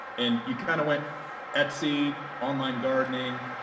and you kind of went etsy, online gardening,